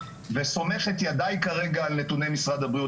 וסומך את ידיי כרגע על נתוני משרד הבריאות,